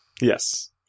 Yes